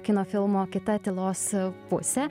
kino filmo kita tylos pusė